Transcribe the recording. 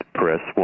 press